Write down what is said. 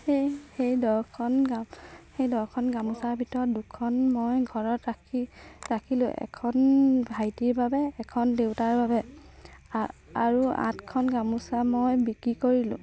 সেই সেই দহখন সেই দহখন গামোচাৰ ভিতৰত দুখন মই ঘৰত ৰাখি ৰাখিলোঁ এখন ভাইটিৰ বাবে এখন দেউতাৰ বাবে আৰু আঠখন গামোচা মই বিক্ৰী কৰিলোঁ